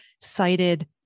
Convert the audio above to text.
cited